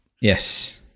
Yes